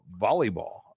Volleyball